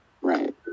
Right